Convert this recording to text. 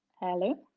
hello